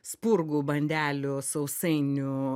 spurgų bandelių sausainių